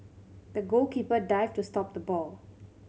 the goalkeeper dived to stop the ball